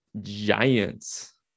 Giants